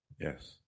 Yes